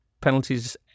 penalties